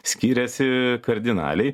skyrėsi kardinaliai